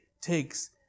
takes